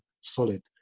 solid